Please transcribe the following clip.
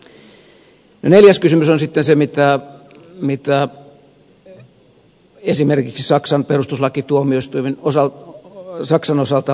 no neljäs kysymys on sitten se mitä esimerkiksi saksan perustuslakituomioistuin saksan osalta tarkasteli